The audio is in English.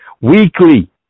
weekly